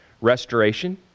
Restoration